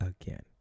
again